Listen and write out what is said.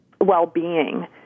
well-being